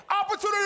Opportunity